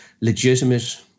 legitimate